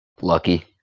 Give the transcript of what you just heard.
Lucky